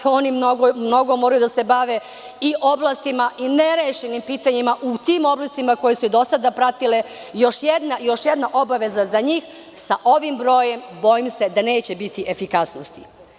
Oni mnogo moraju da se bave i oblastima i nerešenim pitanjima u tim oblastima koje su se do sada pratile, još jedna obaveza za njih, a sa ovim brojem, bojim se da neće biti efikasnosti.